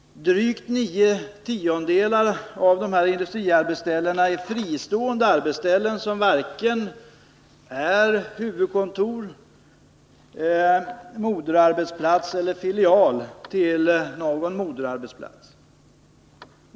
Drygt nio tiondelar av industriarbetsställena är fristående arbetsställen som varken är huvudkontor, moderarbetsplats eller filial till någon moderarbetsplats.